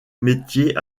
métiers